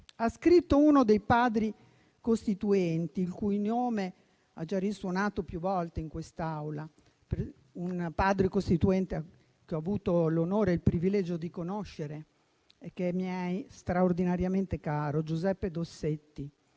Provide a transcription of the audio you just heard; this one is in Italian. a uno dei Padri costituenti il cui nome ha già risuonato più volte in quest'Aula, un Padre costituente che ho avuto l'onore e il privilegio di conoscere e che mi è straordinariamente caro: Giuseppe Dossetti.